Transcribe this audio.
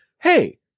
Hey